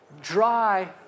dry